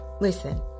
Listen